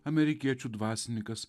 amerikiečių dvasininkas